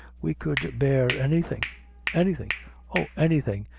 we could bear anything anything oh, anything,